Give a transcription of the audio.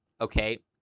Okay